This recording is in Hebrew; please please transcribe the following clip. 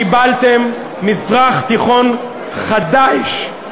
קיבלתם מזרח תיכון חדש.